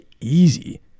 easy